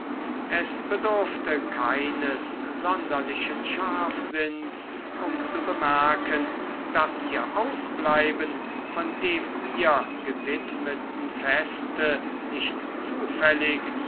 es bedurfte keines sonderlichen scharfsinns um zu bemerken daß ihr ausbleiben von dem ihr gewidmeten feste nicht zufällig